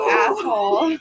asshole